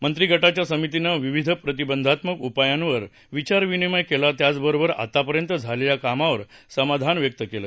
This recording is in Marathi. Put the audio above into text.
मंत्रीगटाच्या समितीनं विविध प्रतिबंधात्मक उपायांवर विचार विनिमय केला त्याचबरोबर आतापर्यंत झालेल्या कामावर समाधान व्यक्त केलं असंही तेम्हणाले